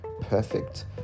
Perfect